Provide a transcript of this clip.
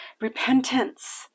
repentance